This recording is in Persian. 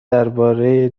درباره